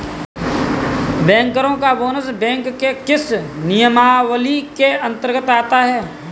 बैंकरों का bonus bank के किस नियमावली के अंतर्गत आता है?